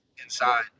inside